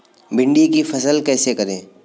भिंडी की फसल कैसे करें?